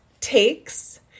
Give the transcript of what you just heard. Takes